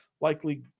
likely